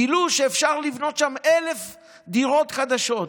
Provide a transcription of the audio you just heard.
גילו שאפשר לבנות שם 1,000 דירות חדשות.